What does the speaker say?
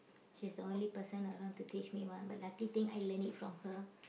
she's the only person around to teach me but lucky thing I learn it from her